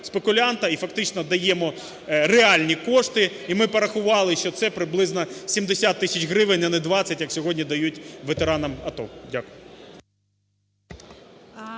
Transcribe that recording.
і фактично даємо реальні кошти. І ми порахували, що це приблизно 70 тисяч гривень, а не 20 як сьогодні дають ветеранам АТО. Дякую.